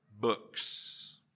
books